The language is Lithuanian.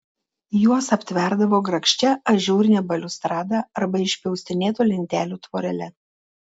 juos aptverdavo grakščia ažūrine baliustrada arba išpjaustinėtų lentelių tvorele